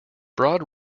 broad